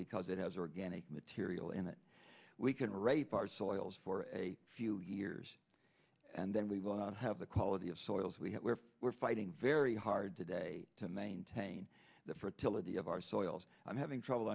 because it has organic material in it we can rape our soils for a few years and then we will have the quality of soils we have where we're fighting very hard today to maintain the fertility of our soils i'm having trouble